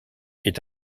est